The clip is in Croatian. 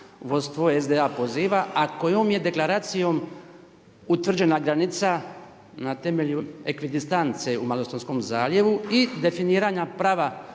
Hvala vam.